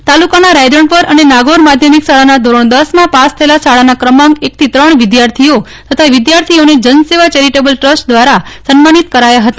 trust તાલુકાના રાયધણપર અને નાગોર માધ્યમિક શાળાના ધોરણ દશમાં પાસ થયેલા શાળાના ક્રમાંક એકથી ત્રણ વિદ્યાર્થીઓ તથા વિદ્યાર્થિનીઓ ને જનસેવા ચેરિટેબલ ટ્રસ્ટ દ્વારા સન્માનિત કરાયા હતા